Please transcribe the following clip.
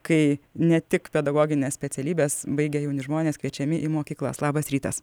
kai ne tik pedagogines specialybes baigę jauni žmonės kviečiami į mokyklas labas rytas